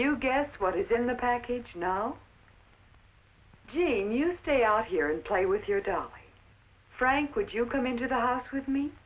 you guess what is in the package now jeanne you stay out here and play with your dog frank would you come into the house with me